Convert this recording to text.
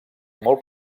molt